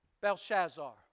Belshazzar